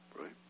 right